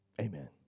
amen